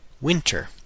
winter